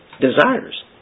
Desires